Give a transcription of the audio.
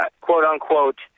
quote-unquote